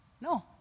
No